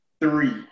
three